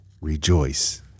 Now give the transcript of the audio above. rejoice